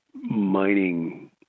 mining